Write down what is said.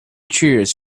cheers